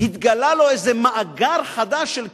התגלה לו איזה מאגר חדש של כסף,